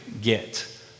get